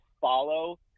follow